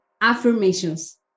affirmations